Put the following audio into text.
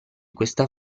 questa